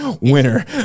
winner